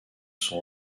son